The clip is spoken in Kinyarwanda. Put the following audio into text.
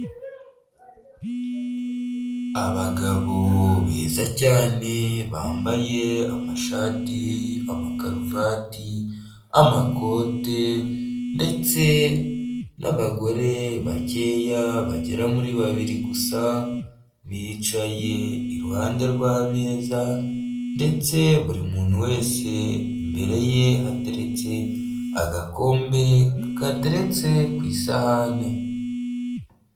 Abagabo beza cyane bambaye amashati amakaruvati, amakote ndetse n'abagore bakeya, bagera kuri babiri gusa, bicaye iruhande rwameza ndetse buri muntu wese imbere ye hateretse agakombe gatetse ku isahani.